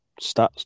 stats